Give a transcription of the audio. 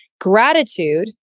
gratitude